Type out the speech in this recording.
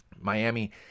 Miami